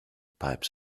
pipes